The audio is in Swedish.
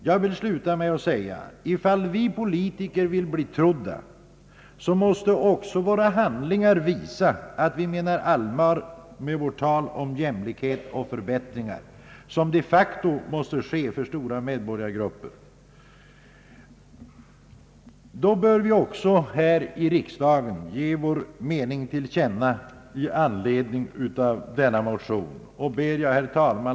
Jag vill sluta med att säga: Om vi politiker vill bli trodda måste också våra handlingar visa att vi menar allvar med vårt tal om jämlikhet och förbättringar, som de facto måste ske för stora medborgargrupper. Då bör vi också här i riksdagen ge vår mening i anledning av denna motion till känna. Herr talman!